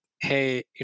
hey